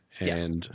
Yes